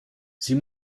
sie